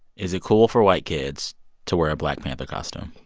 is it cool for white kids to wear a black panther costume?